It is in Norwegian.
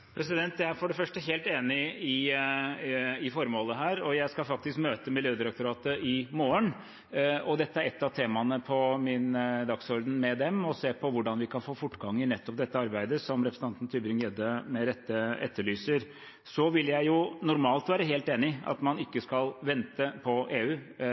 for det første enig i formålet her, og jeg skal faktisk møte Miljødirektoratet i morgen. Dette er et av temaene på min dagsorden med dem, å se på hvordan vi kan få fortgang i nettopp dette arbeidet, som representanten Tybring-Gjedde med rette etterlyser. Jeg vil normalt være helt enig i at man ikke skal vente på EU